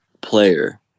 player